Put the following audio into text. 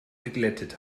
geglättet